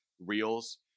reels